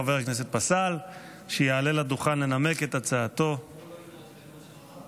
אני קובע כי הצעת החוק התקבלה בקריאה